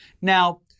Now